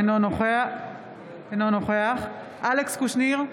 אינו נוכח אלכס קושניר,